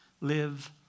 Live